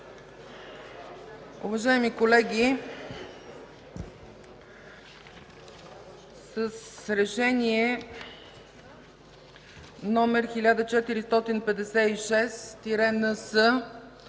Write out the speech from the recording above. Уважаеми колеги, с Решение № 1456-НС